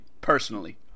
personally